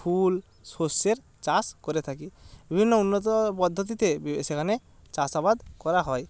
ফুল সরষের চাষ করে থাকি বিভিন্ন উন্নত পদ্ধতিতে সেখানে চাষাবাদ করা হয়